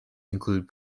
include